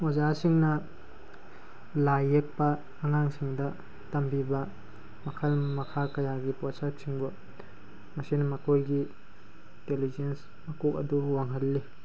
ꯑꯣꯖꯥꯁꯤꯡꯅ ꯂꯥꯏ ꯌꯦꯛꯄ ꯑꯉꯥꯡꯁꯤꯡꯗ ꯇꯝꯕꯤꯕ ꯃꯈꯜ ꯃꯈꯥ ꯀꯌꯥꯒꯤ ꯀꯣꯏꯁꯟꯁꯤꯡꯕꯨ ꯑꯁꯤꯅ ꯃꯈꯣꯏꯒꯤ ꯏꯟꯇꯦꯂꯤꯖꯦꯟꯁ ꯃꯀꯣꯛ ꯑꯗꯨ ꯋꯥꯡꯍꯜꯂꯤ